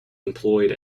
employed